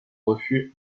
refus